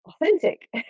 authentic